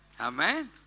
Amen